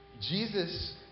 Jesus